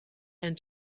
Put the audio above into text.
and